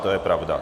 To je pravda.